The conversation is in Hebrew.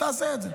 תעשה את זה.